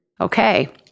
Okay